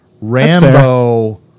Rambo